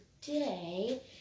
today